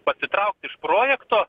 pasitraukti iš projekto